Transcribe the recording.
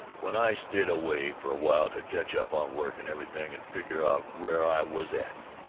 when i stayed away for a while to catch up on work and everything and figure out where i was at,